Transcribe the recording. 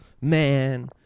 Man